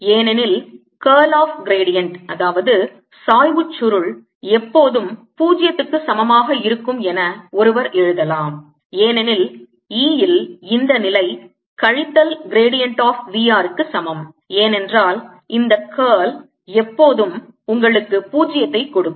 ஏனெனில் curl of gradient சாய்வுச் சுருள் எப்போதும் 0க்கு சமமாக இருக்கும் என ஒருவர் எழுதலாம் ஏனெனில் Eல் இந்த நிலை கழித்தல் gradient of V R க்கு சமம் ஏனென்றால் இந்த curl எப்போதும் உங்களுக்கு 0 ஐ கொடுக்கும்